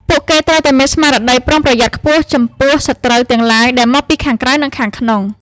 ពួកគេត្រូវតែមានស្មារតីប្រុងប្រយ័ត្នខ្ពស់ចំពោះ «សត្រូវ» ទាំងឡាយដែលមកពីខាងក្រៅ និងខាងក្នុង។